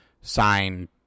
sign